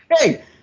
hey